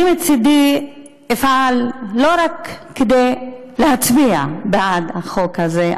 אני מצדי אפעל לא רק כדי להצביע בעד החוק הזה,